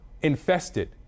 Infested